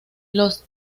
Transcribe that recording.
los